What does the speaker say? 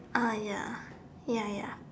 ah ya ya ya